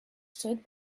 stood